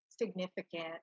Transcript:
significant